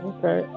Okay